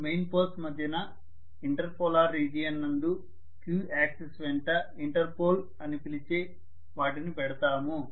రెండు main poles మధ్య inter polar region నందు q యాక్సిస్ వెంట ఇంటర్పోల్ అని పిలిచే వాటిని పెడతాము